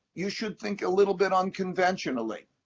you should think a little bit unconventionally.